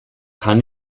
kann